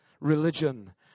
Religion